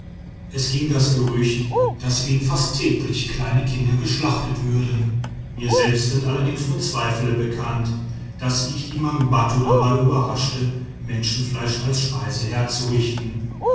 es ging das gerücht daß für ihn fast täglich kleine kinder geschlachtet würden mir selbst sind allerdings nur zwei fälle bekannt daß ich die mangbattu dabei überraschte menschenfleisch als speise herzurichten